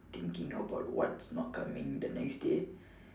thinking about what's not coming the next day